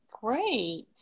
great